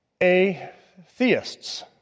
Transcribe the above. atheists